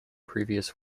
previous